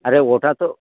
আরে ওটা তো